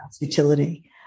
utility